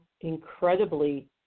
incredibly